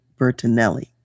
Bertinelli